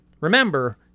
Remember